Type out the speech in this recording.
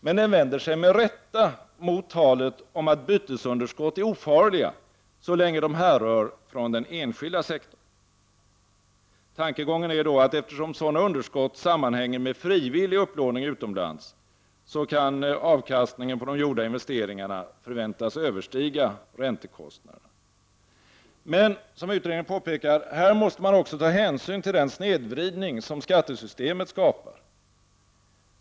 Men den vänder sig med rätta mot talet om att bytesunderskott är ofarliga, så länge de härrör från den enskilda sektorn. Tankegången är då att eftersom sådana underskott sammanhänger med frivillig upplåning utomlands, kan avkastningen på de gjorda investeringarna förväntas överstiga räntekostnaderna. Men här, vilket utredningen påpekar, måste man också ta hänsyn till den snedvridning som skattesystemet skapar.